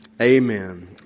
Amen